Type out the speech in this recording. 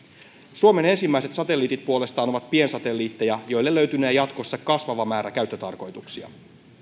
suomen ensimmäiset satelliitit puolestaan ovat piensatelliitteja joille löytynee jatkossa kasvava määrä käyttötarkoituksia